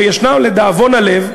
וישנם לדאבון הלב,